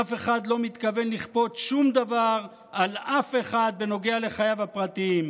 אף אחד לא מתכוון לכפות שום דבר על אף אחד בנוגע לחייו הפרטיים.